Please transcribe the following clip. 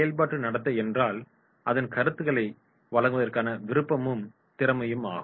செயல்பாட்டு நடத்தை என்றால் அதன் கருத்துக்களை வழங்குவதற்கான விருப்பமும் திறமையும் ஆகும்